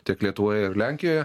tiek lietuvoje ir lenkijoje